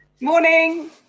Morning